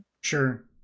Sure